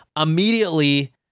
immediately